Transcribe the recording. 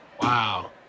Wow